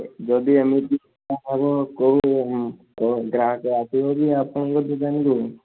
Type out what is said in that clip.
ଯଦି ଏମିତି ହେବ କେଉଁ ଗ୍ରାହକ ଆସିବକି ଆପଣଙ୍କ ଦୋକାନ କୁ